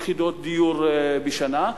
יחידות דיור בשנה,